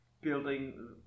building